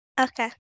Okay